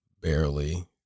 barely